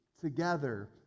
together